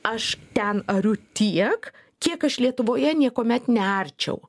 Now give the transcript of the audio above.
aš ten ariu tiek kiek aš lietuvoje niekuomet nerčiau